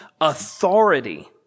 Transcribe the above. authority